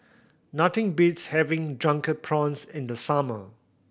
nothing beats having Drunken Prawns in the summer